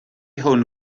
hwn